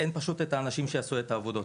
אין כוח אדם שיעשה את העבודה.